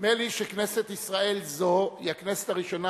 נדמה לי שכנסת ישראל זו היא הכנסת הראשונה